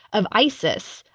of isis,